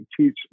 teach